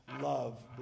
love